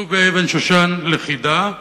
כתוב במילון אבן-שושן: לכידה,